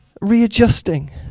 readjusting